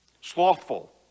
slothful